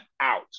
out